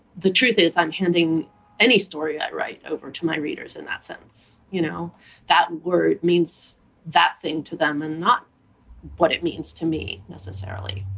the truth is i'm handing any story i write over to my readers, in that sense. you know that word means that thing to them and not what it means to me, necessarily.